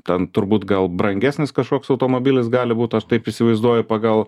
ten turbūt gal brangesnis kažkoks automobilis gali būt aš taip įsivaizduoju pagal